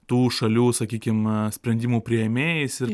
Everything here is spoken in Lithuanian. tų šalių sakykim sprendimų priėmėjais ir